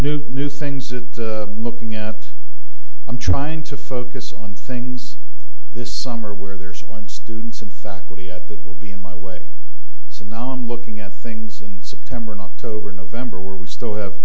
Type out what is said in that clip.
to new things it looking at i'm trying to focus on things this summer where there's on students and faculty at that will be in my way so now i'm looking at things in september and october november where we still have